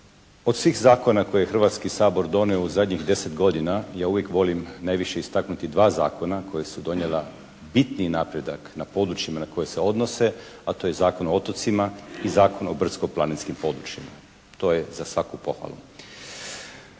od svih zakona koje je Hrvatski sabor donio u zadnjih 10 godina, ja uvijek volim najviše istaknuti dva zakona koje su donijela bitni napredak na područjima na koje se odnose, a to je Zakon o otocima i Zakon o brdsko-planinskim područjima. To je za svaku pohvalu.